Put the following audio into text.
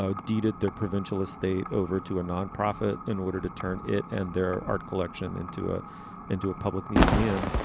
ah deeded their provincial estate over to a nonprofit in order to turn it and their art collection into a into a public museum.